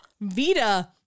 Vita